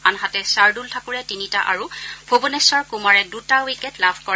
আনহাতে খাৰ্দুল ঠাকুৰে তিনিটা আৰু ভুবনেশ্বৰ কুমাৰে দুটা উইকেট লাভ কৰে